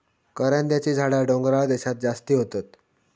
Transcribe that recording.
करांद्याची झाडा डोंगराळ देशांत जास्ती होतत